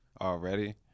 already